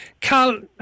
Carl